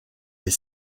est